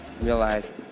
realize